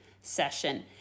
Session